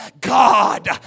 God